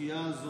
-- לסוגיה הזאת,